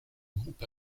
groupe